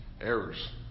Errors